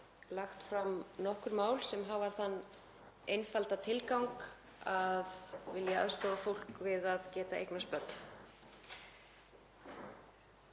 lagt fram nokkur mál sem hafa þann einfalda tilgang að vilja aðstoða fólk við að eignast börn.